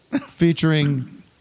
featuring